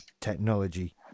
technology